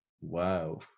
Wow